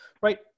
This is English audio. right